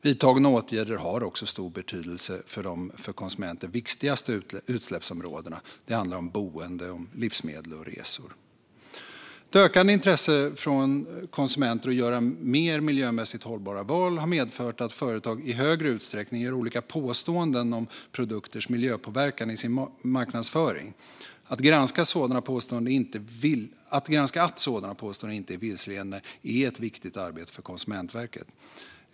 Vidtagna åtgärder har också stor betydelse för de för konsumenter viktigaste utsläppsområdena. Det handlar om boende, livsmedel och resor. Det ökande intresset från konsumenter för att göra mer miljömässigt hållbara val har medfört att företag i större utsträckning gör olika påståenden om produkters miljöpåverkan i sin marknadsföring. Att granska att sådana påståenden inte är vilseledande är ett viktigt arbete för Konsumentverket.